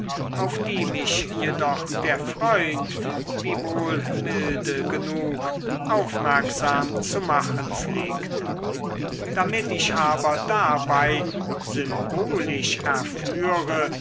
auf die mich jedoch der freund wiewohl milde genug aufmerksam zu machen pflegte damit ich aber dabei symbolisch erführe